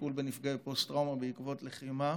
טיפול בנפגעי פוסט-טראומה בעקבות לחימה,